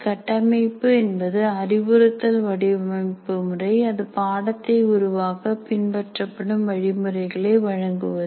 கட்டமைப்பு என்பது அறிவுறுத்தல் வடிவமைப்பு முறை அது பாடத்தை உருவாக்க பின்பற்றப்படும் வழிமுறைகளை வழங்குவது